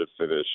finish